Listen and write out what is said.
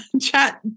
chat